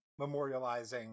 memorializing